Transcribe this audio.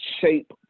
shape